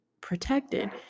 protected